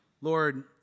Lord